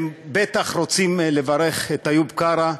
והם בטח רוצים לברך את איוב קרא,